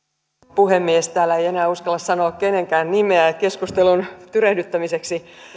puhemies täällä ei enää uskalla sanoa kenenkään nimeä keskustelun tyrehdyttämiseksi